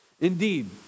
Indeed